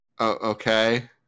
okay